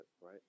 Right